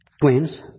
twins